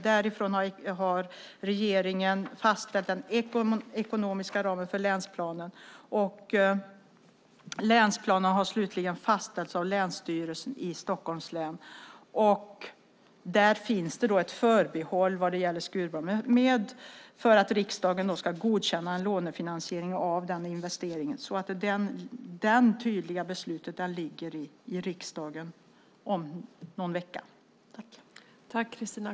Därefter har regeringen fastställt den ekonomiska ramen för länsplanen. Länsplanen har slutligen fastställts av Länsstyrelsen i Stockholms län. Där finns det ett förbehåll för Skurubron, att riksdagen ska godkänna en lånefinansiering av den investeringen. Det kommer upp för beslut i riksdagen om någon vecka.